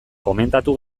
komentatu